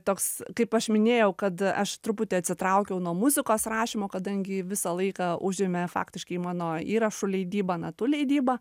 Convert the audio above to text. toks kaip aš minėjau kad aš truputį atsitraukiau nuo muzikos rašymo kadangi visą laiką užėmė faktiškai mano įrašų leidyba natų leidyba